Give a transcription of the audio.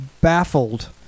baffled